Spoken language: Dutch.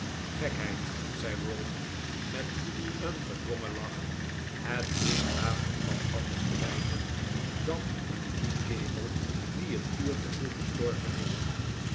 gekheid zei ralph met een gedwongen lach het is aan niemand anders te wijten dan aan dien kerel die een uur te vroeg gestorven is